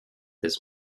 his